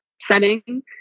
setting